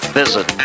visit